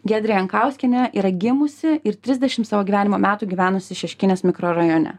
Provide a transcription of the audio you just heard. giedrė jankauskienė yra gimusi ir trisdešim savo gyvenimo metų gyvenusi šeškinės mikrorajone